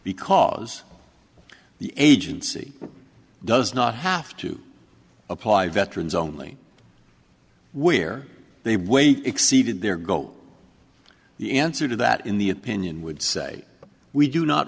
because the agency does not have to apply veterans only where they wait exceeded their go the answer to that in the opinion would say we do not